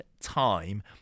time